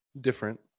different